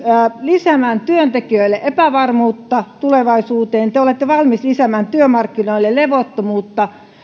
lisäämään työntekijöille epävarmuutta tulevaisuuteen te olette valmis lisäämään työmarkkinoille levottomuutta